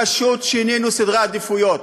פשוט שינינו סדר עדיפויות.